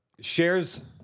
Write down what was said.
shares